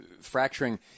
fracturing